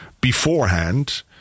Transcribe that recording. beforehand